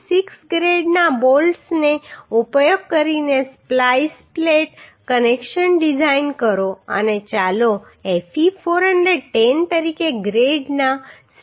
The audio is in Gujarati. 6 ગ્રેડના બોલ્ટ્સનો ઉપયોગ કરીને સ્પ્લાઈસ પ્લેટ કનેક્શન ડિઝાઇન કરો અને ચાલો Fe 410 તરીકે ગ્રેડના સ્ટીલનો ઉપયોગ કરીએ